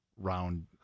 round